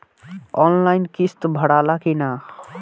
Online किस्त भराला कि ना?